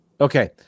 Okay